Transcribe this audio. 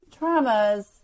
traumas